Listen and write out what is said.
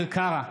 אביר קארה,